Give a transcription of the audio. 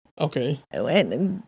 Okay